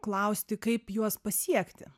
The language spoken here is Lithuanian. klausti kaip juos pasiekti